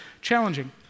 challenging